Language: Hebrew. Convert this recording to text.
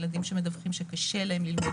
ילדים שמדווחים שקשה להם ללמוד,